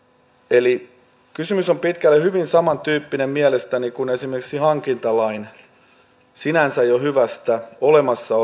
eli kysymys on pitkälle hyvin samantyyppinen mielestäni kuin esimerkiksi hankintalain tapauksessa joka on sinänsä jo hyvä olemassa